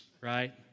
right